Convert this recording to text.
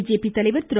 BJP தலைவர் திரு